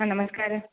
ആ നമസ്കാരം